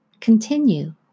Continue